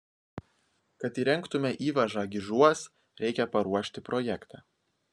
kad įrengtume įvažą gižuos reikia paruošti projektą